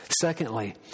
Secondly